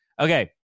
Okay